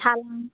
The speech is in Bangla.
থালা